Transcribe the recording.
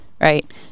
right